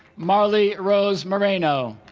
marley rose moreno